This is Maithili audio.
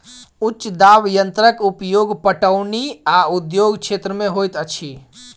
उच्च दाब यंत्रक उपयोग पटौनी आ उद्योग क्षेत्र में होइत अछि